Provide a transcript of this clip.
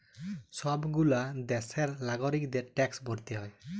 সব গুলা দ্যাশের লাগরিকদের ট্যাক্স ভরতে হ্যয়